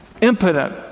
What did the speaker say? impotent